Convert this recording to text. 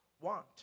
want